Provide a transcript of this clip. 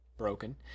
broken